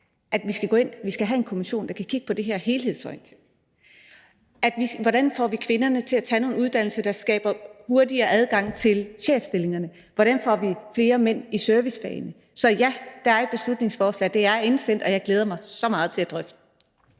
foreslået, at vi skal have en kommission, der kan kigge på det her helhedsorienteret. Hvordan får vi kvinderne til at tage nogle uddannelser, der skaber hurtigere adgang til chefstillingerne, hvordan får vi flere mænd i servicefagene? Så ja, der er et beslutningsforslag, det er indsendt, og jeg glæder mig så meget til at drøfte